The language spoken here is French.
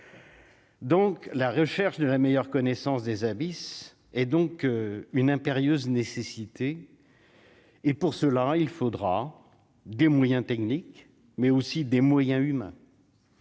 Donc la recherche de la meilleure connaissance des abysses et donc une impérieuse nécessité et pour cela, il faudra des moyens techniques mais aussi des moyens humains,